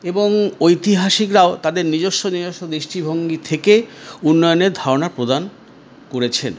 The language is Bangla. এবং ঐতিহাসিকরাও তাদের নিজস্ব নিজস্ব দৃষ্টিভঙ্গি থেকে উন্নয়নের ধারণা প্রদান করেছেন